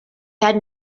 had